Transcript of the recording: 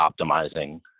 optimizing